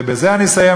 ובזה אני אסיים,